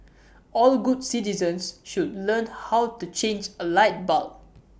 all good citizens should learn how to change A light bulb